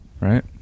right